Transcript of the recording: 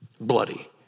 Bloody